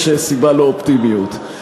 יש סיבה לאופטימיות.